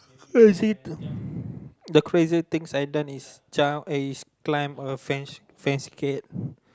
crazy th~ the craziest thing I done is jump eh is climb a fancy fancy gate